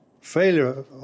failure